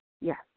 Yes